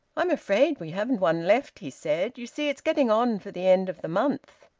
i'm afraid we haven't one left, he said. you see it's getting on for the end of the month.